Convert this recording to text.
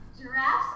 Giraffes